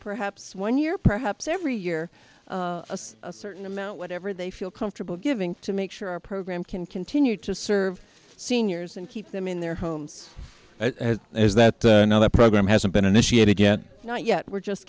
perhaps one year perhaps every year a certain amount whatever they feel comfortable giving to make sure our program can continue to serve seniors and keep them in their homes is that another program hasn't been initiated yet not yet we're just